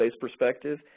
perspective